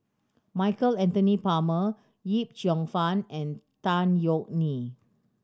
Michael Anthony Palmer Yip Cheong Fun and Tan Yeok Nee